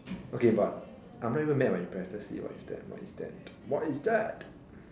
okay but I'm not even mad but impressed let's see what is that what is that what is that